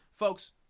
Folks